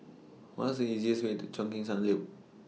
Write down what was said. What IS The easiest Way to Cheo Chin Sun Lim